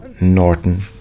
Norton